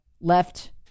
left